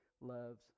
loves